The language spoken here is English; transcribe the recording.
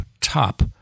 top